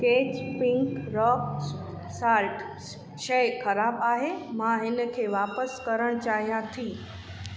catch pink rock salt शइ ख़राबु आहे मां इन खे वापसि करणु चाहियां थी